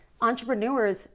entrepreneurs